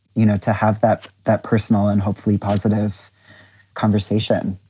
you know, to have that that personal and hopefully positive conversation.